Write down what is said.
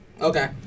Okay